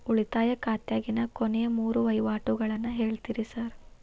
ಉಳಿತಾಯ ಖಾತ್ಯಾಗಿನ ಕೊನೆಯ ಮೂರು ವಹಿವಾಟುಗಳನ್ನ ಹೇಳ್ತೇರ ಸಾರ್?